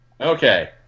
Okay